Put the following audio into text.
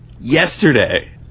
yesterday